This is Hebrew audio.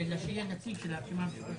אלא שיהיה נציג של הרשימה המשותפת.